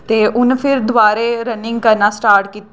ते उ'न्न फिर दबारे रनिंग करना स्टार्ट कीती